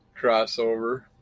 crossover